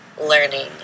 learning